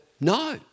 no